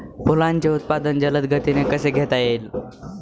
फुलांचे उत्पादन जलद गतीने कसे घेता येईल?